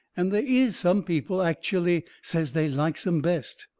and they is some people ackshally says they likes em best.